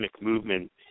movement